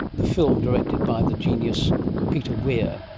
the film directed by the genius peter weir.